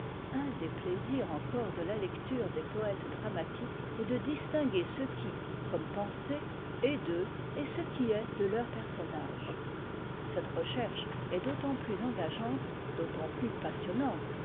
un des plaisirs encore de la lecture des poètes dramatiques est de distinguer ce qui comme pensée est d'eux et ce qui est de leurs personnages cette recherche est d'autant plus engageante d'autant plus passionnante